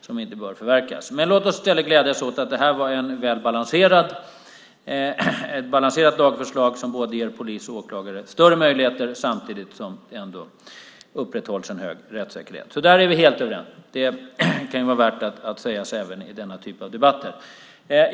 som inte bör förverkas. Men låt oss glädjas åt att det här var ett balanserat lagförslag som ger polis och åklagare större möjligheter samtidigt som en hög rättssäkerhet upprätthålls. Där är vi helt överens. Det kan vara värt att sägas även i denna typ av debatter.